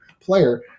player